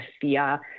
fear